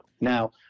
Now